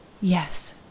yes